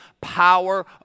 power